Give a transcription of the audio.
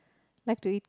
like to eat